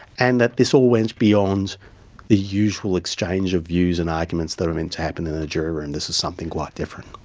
and that this all went beyond the usual exchange of views and arguments that are meant to happen in a jury room. this is something quite different.